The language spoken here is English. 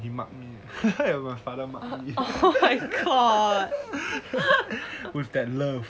they mark me my father mark me put that love